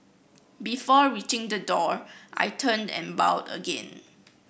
before reaching the door I turned and bowed again